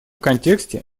контексте